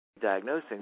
diagnosing